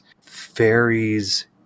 fairies